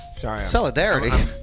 Solidarity